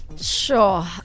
Sure